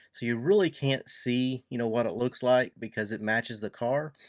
so you really can't see you know what it looks like because it matches the car.